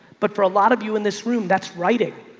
but for a lot of you in this room that's writing,